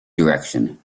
direction